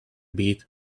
beat